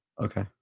Okay